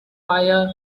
fire